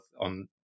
on